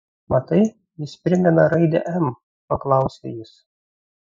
matai jis primena raidę m paklausė jis